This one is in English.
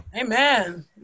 Amen